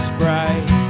bright